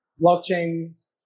blockchain